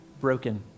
broken